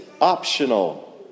optional